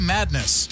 Madness